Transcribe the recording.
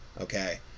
Okay